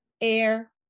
air